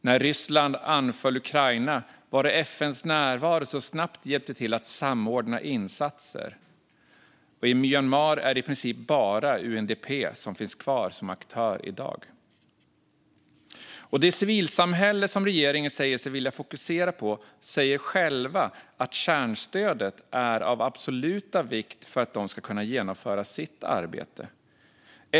När Ryssland anföll Ukraina var det FN:s närvaro som snabbt hjälpte till att samordna insatser. I Myanmar är det i princip bara UNDP som finns kvar som aktör i dag. Det civilsamhälle som regeringen säger sig vilja fokusera på säger självt att kärnstödet är av absoluta vikt för att de ska kunna genomföra sitt arbete.